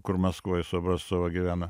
kur maskvoj su savo gyvena